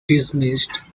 dismissed